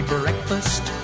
breakfast